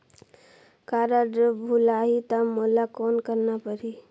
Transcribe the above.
Card भुलाही ता मोला कौन करना परही?